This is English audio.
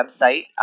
website